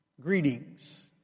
greetings